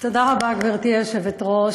תודה רבה, גברתי היושבת-ראש.